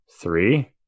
three